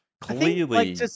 Clearly